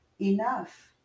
enough